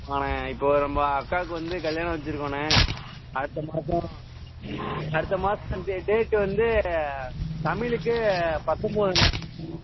ஆமாண்ணே இப்போது நம்ம அக்காவுக்கு வந்து கல்யாணம் வச்சிருக்கோண்ணே அடுத்த மாதம் அடுத்த மாதம் டே டேட்டு வந்து தமிழுக்குப் பத்தம்போதுண்ணே